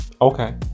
okay